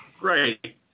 Right